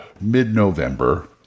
mid-November